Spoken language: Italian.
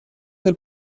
del